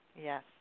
Yes